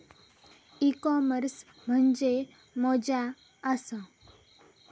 E commerce म्हणजे मझ्या आसा?